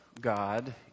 God